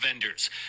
vendors